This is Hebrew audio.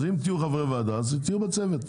אז אם תהיו חברי ועדה אז תהיו בצוות,